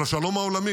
על השלום העולמי.